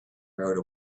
rode